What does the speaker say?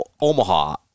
Omaha